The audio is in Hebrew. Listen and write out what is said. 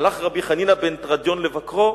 הלך רבי חנינא בן תרדיון לבקרו.